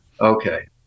Okay